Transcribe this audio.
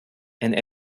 and